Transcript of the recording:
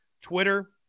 Twitter –